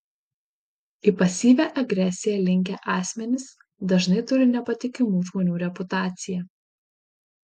į pasyvią agresiją linkę asmenys dažnai turi nepatikimų žmonių reputaciją